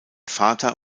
vater